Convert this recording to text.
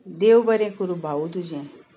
देव बरें करूं भाऊ तुजें